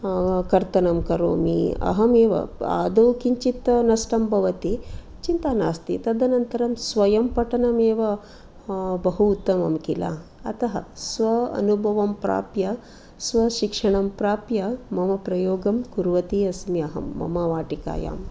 कर्तनं करोमि अहमेव अदौ किञ्चित् नष्टं भवति चिन्ता नास्ति तदनन्तरं स्वयं पठनमेव बहु उत्तमं खिल अतः स्व अनुभवं प्राप्य स्वशिक्षणं प्राप्य मम प्रयोगं कुर्वती अस्मि अहं मम वाटिकायाम्